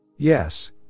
Yes